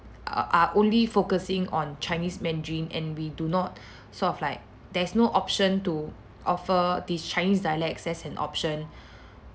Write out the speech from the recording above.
uh are only focusing on chinese mandarin and we do not sort of like there's no option to offer these chinese dialects as an option